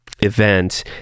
event